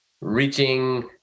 reaching